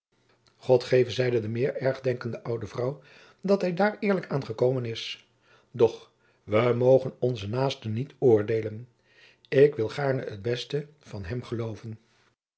god geve zeide de meer ergdenkende oude vrouw dat hum daôr eerlijk is an ekomen doch we mogen onzen naôsten niet oordeelen ik wil gaôrne het beste van hum eloven